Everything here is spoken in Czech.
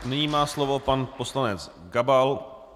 Nyní má slovo pan poslanec Gabal.